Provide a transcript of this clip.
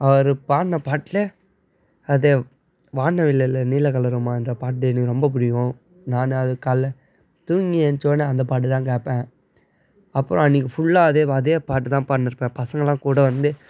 அவர் பாடுன பாட்டில் அது வானவில்லில் நீல கலரும்மான்ற பாட்டு எனக்கு ரொம்ப பிடிக்கும் நான் அதை காலைல தூங்கி ஏஞ்ச்சோன்னே அந்த பாட்டு தான் கேட்பேன் அப்புறம் அன்னைக்கு ஃபுல்லாக அதே அதே பாட்டு தான் பாட்டுன்னு இருப்பேன் பசங்கள்லாம் கூட வந்து